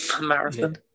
marathon